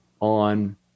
on